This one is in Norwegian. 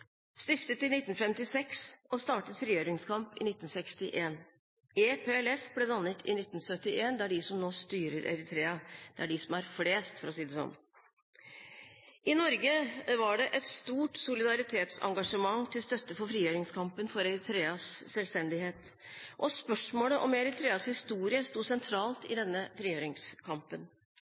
stiftet i 1956 og startet frigjøringskamp i 1961. EPLF ble dannet i 1971. Det er de som nå styrer Eritrea. Det er de som er flest – for å si det sånn. I Norge var det et stort solidaritetsengasjement til støtte for frigjøringskampen for Eritreas selvstendighet, og spørsmålet om Eritreas historie sto sentralt i denne frigjøringskampen.